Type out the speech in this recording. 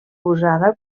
usada